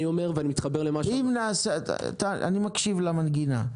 אני מקשיב למנגינה.